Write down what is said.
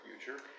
future